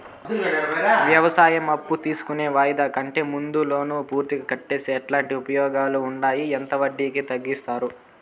వ్యవసాయం అప్పు తీసుకొని వాయిదా కంటే ముందే లోను పూర్తిగా కట్టేస్తే ఎట్లాంటి ఉపయోగాలు ఉండాయి? ఎంత వడ్డీ తగ్గిస్తారు?